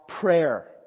prayer